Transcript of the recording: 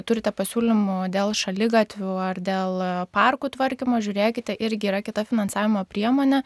turite pasiūlymų dėl šaligatvių ar dėl parkų tvarkymo žiūrėkite irgi yra kita finansavimo priemonė